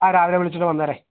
ആ രാവിലെ വിളിച്ചിട്ടു വന്നേരെ